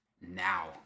now